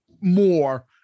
more